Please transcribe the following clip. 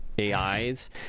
AIs